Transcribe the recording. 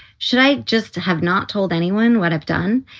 should i? just to have not told anyone what i've done.